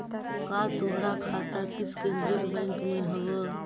का तोहार खाता किसी केन्द्रीय बैंक में हव